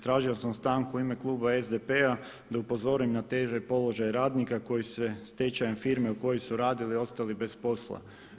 Tražio sam stanku u ime kluba SDP-a da upozorim na teže položaje radnika koji su se stečajem firme u kojoj su radili ostali bez posla.